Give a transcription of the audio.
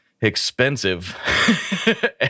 expensive